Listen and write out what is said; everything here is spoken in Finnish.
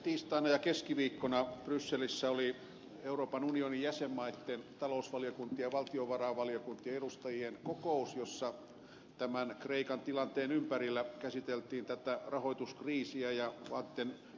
tiistaina ja keskiviikkona brysselissä oli euroopan unionin jäsenmaitten talousvaliokuntien ja valtiovarainvaliokuntien edustajien kokous jossa tämän kreikan tilanteen ympärillä käsiteltiin tätä rahoituskriisiä ja maitten budjettivajetta